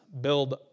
build